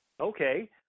Okay